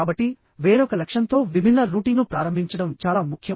కాబట్టి వేరొక లక్ష్యంతో విభిన్న రూటింగ్ను ప్రారంభించడం చాలా ముఖ్యం